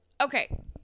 Okay